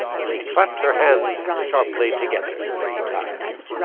she clapped her hands sharply together three times.